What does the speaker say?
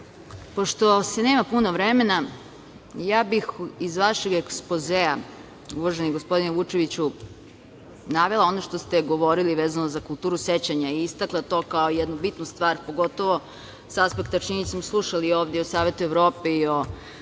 našu. Pošto se nema puno vremena ja bih iz vašeg ekspozea, uvaženi gospodine Vučeviću, navela ono što ste govorili vezano za kulturu sećanja i istakla to kao jednu bitnu stvar, pogotovo sa aspekta slušali smo ovde i o Savetu Evrope i o